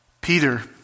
Peter